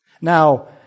Now